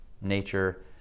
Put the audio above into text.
nature